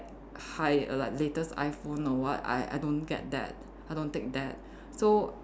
high like latest iPhone or what I I don't get that I don't take that so